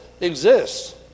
exists